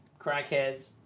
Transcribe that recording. crackheads